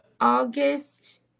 August